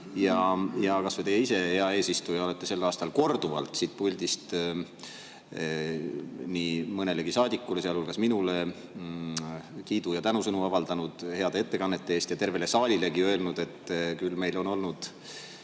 Kas või teie ise, hea eesistuja, olete sel aastal korduvalt siit puldist nii mõnelegi saadikule, sealhulgas minule, kiidu- ja tänusõnu avaldanud heade ettekannete eest ja tervele saalilegi öelnud, et küll meil on olnud